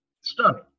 Stunning